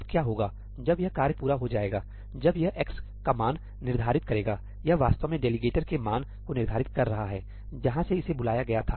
अब क्या होगा जब यह कार्य पूरा हो जाएगा जब यह x का मान निर्धारित करेगा यह वास्तव में डेलीगेटर के मानको निर्धारित कर रहा है जहां से इसे बुलाया गया था